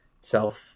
self